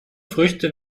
früchte